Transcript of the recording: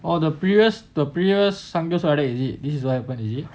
or the previous the previous samgu sadeji this is what happen is it